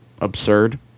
absurd